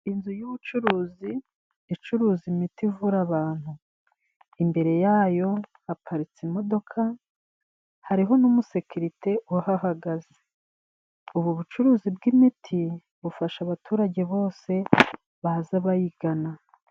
Inzu y'ubucuruzi icuruza imiti ivura abantu, imbere yayo haparitse imodoka hariho n'umusekirite uhahagaze. Ubu bucuruzi bw'imiti bufasha abaturage bose baza bayigana.